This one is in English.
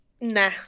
nah